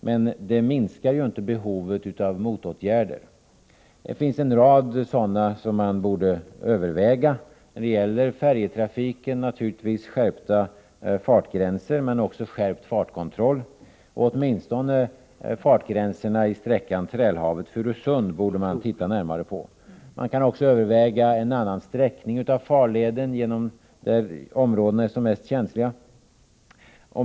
Men det minskar inte behovet av motåtgärder. Det finns en rad åtgärder som man borde överväga när det gäller färjetrafiken — skärpta fartgränser naturligtvis, men även skärpt fartkontroll. Man borde åtminstone titta närmare på fartgränserna på sträckan Trälhavet-Furusund. Man kan också överväga en annan sträckning av farleden där områdena är mest känsliga.